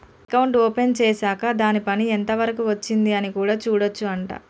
account open చేశాక్ దాని పని ఎంత వరకు వచ్చింది అని కూడా చూడొచ్చు అంట